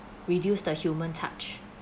reduce the human touch